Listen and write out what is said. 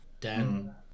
Dan